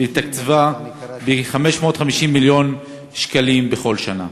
ותקציבה יהיה 550 מיליון שקלים בכל שנה.